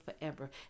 forever